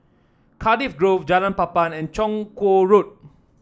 Cardiff Grove Jalan Papan and Chong Kuo Road